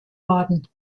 worden